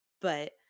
But-